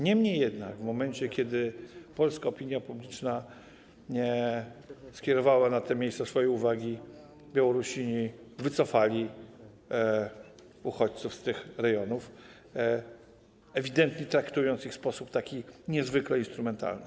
Niemniej jednak w momencie kiedy polska opinia publiczna nie skierowała na te miejsca swojej uwagi, Białorusini wycofali uchodźców z tych rejonów, ewidentnie traktując ich w sposób niezwykle instrumentalny.